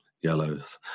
yellows